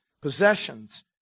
possessions